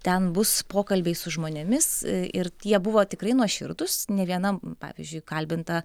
ten bus pokalbiai su žmonėmis ir tie buvo tikrai nuoširdūs ne vienam pavyzdžiui kalbinta